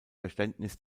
verständnis